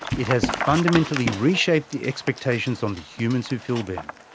it has fundamentally reshaped the expectations on the humans who fill them,